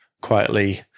quietly